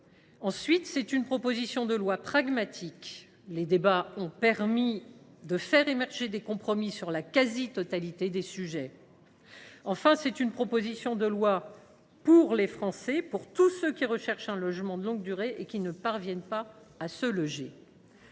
Ensuite, il s’agit d’une proposition de loi pragmatique : les débats ont permis de faire émerger des compromis sur la quasi totalité des sujets. Enfin, il s’agit d’une proposition de loi pour tous les Français qui recherchent un logement de longue durée et qui ne parviennent pas à se loger.